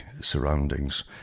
surroundings